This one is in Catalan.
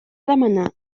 demanar